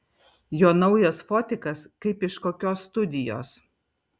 jo naujas fotikas kaip iš kokios studijos